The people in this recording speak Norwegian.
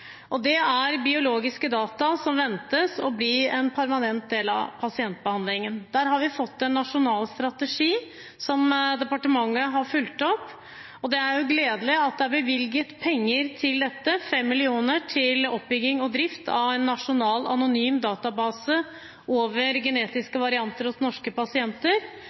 dem. Det er biologiske data som ventes å bli en permanent del av pasientbehandlingen. Der har vi fått en nasjonal strategi, som departementet har fulgt opp. Det er gledelig at det er bevilget penger til dette – 5 mill. kr til oppbygging og drift av en nasjonal anonym database over genetiske varianter hos norske pasienter,